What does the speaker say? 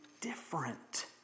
different